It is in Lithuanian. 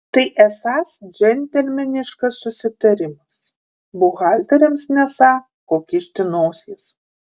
tai esąs džentelmeniškas susitarimas buhalteriams nesą ko kišti nosies